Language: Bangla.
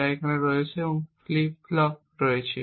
যা এখানে রয়েছে এবং কিছু ফ্লিপ ফ্লপ রয়েছে